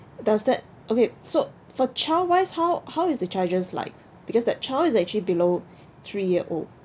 does that okay so for child wise how how is the charges like because that child is actually below three year old